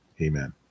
Amen